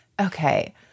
Okay